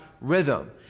rhythm